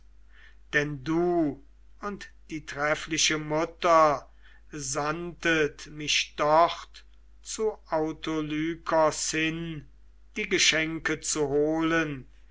denn du und die treffliche mutter sandtet mich dort zu autolykos hin die geschenke zu holen